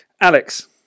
Alex